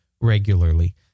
regularly